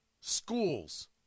schools